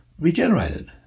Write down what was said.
regenerated